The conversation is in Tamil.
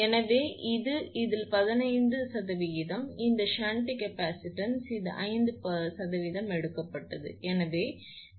எனவே இது இதில் 15 இந்த ஷன்ட் கெப்பாசிட்டன்ஸ் இது 5 எடுக்கப்பட்டது எனவே 0